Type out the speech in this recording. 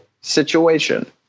situation